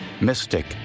Mystic